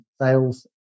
sales